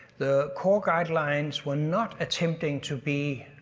the core guidelines were not attempting to be.